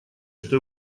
что